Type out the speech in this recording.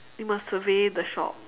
you must survey the shop